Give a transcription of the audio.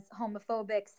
homophobic